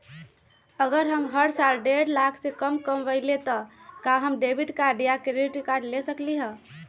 अगर हम हर साल डेढ़ लाख से कम कमावईले त का हम डेबिट कार्ड या क्रेडिट कार्ड ले सकली ह?